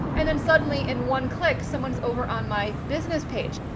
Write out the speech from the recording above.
and then suddenly in one click, someone's over on my business page.